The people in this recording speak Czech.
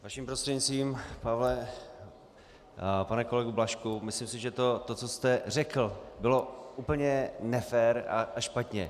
Vaším prostřednictvím Pavle, pane kolego Blažku, myslím si, že to, co jste řekl, bylo úplně nefér a špatně.